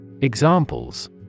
Examples